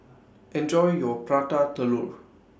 Enjoy your Prata Telur